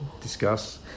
Discuss